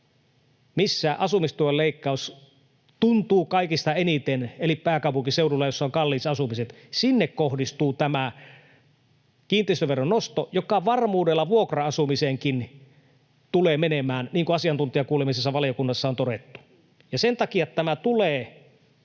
missä asumistuen leikkaus tuntuu kaikista eniten eli pääkaupunkiseudulla, jossa on kalliit asumiset, kohdistuu tämä kiinteistöveron nosto, joka varmuudella tulee vuokra-asumiseenkin menemään, niin kuin asiantuntijakuulemisissa valiokunnassa on todettu. Ja sen takia tämä tulee